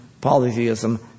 polytheism